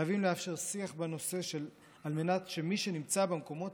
חייבים לאפשר שיח בנושא על מנת שמי שנמצא במקומות